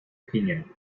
opinion